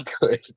good